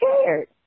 scared